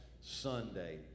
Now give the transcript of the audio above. Sunday